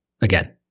again